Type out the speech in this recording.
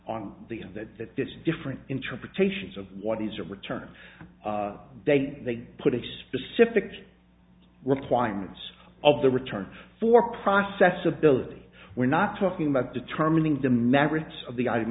on the that that this different interpretations of what is a return they put a specific requirements of the return for process ability we're not talking about determining the merits of the item